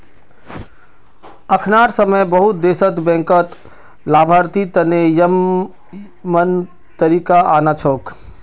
अखनार समय बहुत देशत बैंकत लाभार्थी तने यममन तरीका आना छोक